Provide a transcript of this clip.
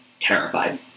terrified